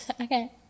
Okay